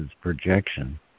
projection